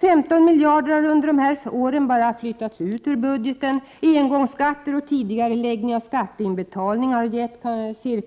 15 miljarder har under de här åren bara flyttats ut ur budgeten, engångsskatter och tidigareläggning av skatteinbetalningar har gett